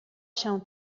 się